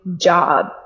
job